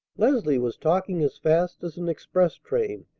leslie was talking as fast as an express train,